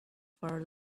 for